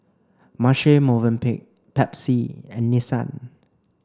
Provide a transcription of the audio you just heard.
Marche Movenpick Pepsi and Nissan